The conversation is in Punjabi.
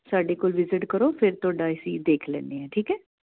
ਸਾਡੇ ਕੋਲ ਵਿਜਿਟ ਕਰੋ ਫਿਰ ਤੁਹਾਡਾ ਅਸੀਂ ਦੇਖ ਲੈਂਦੇ ਹਾਂ ਠੀਕ ਹੈ